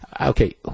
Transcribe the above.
Okay